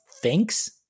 thinks